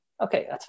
okay